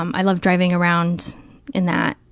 um i love driving around in that,